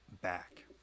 back